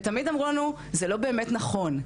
ותמיד אמרו לנו זה לא באמת נכון.